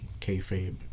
kayfabe